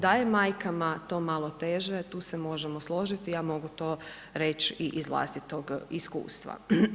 Da je majkama to malo teže, tu se možemo složiti, ja mogu to reć i iz vlastitog iskustva.